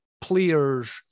players